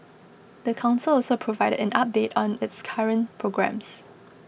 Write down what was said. the council also provided an update on its current programmes